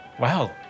Wow